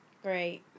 Great